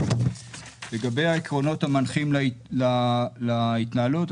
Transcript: לגבי העקרונות המנחים להתנהלות,